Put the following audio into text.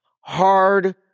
Hard